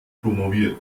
promoviert